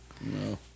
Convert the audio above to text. no